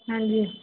ਹਾਂਜੀ